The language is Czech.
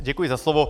Děkuji za slovo.